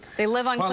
they live on